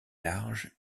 large